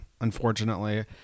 unfortunately